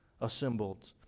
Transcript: assembled